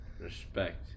Respect